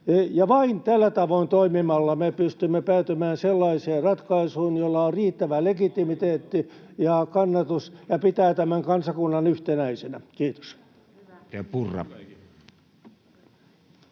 Vain tällä tavoin toimimalla me pystymme päätymään sellaiseen ratkaisuun, jolla on riittävä legitimiteetti ja kannatus, ja pitämään tämän kansakunnan yhtenäisenä. — Kiitos.